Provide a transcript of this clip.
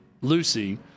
Lucy